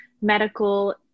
medical